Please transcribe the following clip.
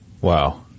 Wow